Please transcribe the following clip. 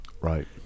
right